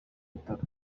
bitaro